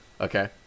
Okay